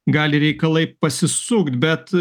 gali reikalai pasisukt bet